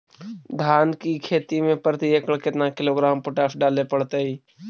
धान की खेती में प्रति एकड़ केतना किलोग्राम पोटास डाले पड़तई?